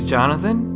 Jonathan